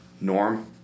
Norm